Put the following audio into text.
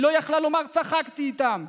היא לא יכלה לומר: צחקתי איתם.